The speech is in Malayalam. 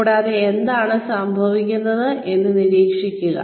കൂടാതെ എന്താണ് സംഭവിക്കുന്നതെന്ന് നിരീക്ഷിക്കുക